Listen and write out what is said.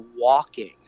walking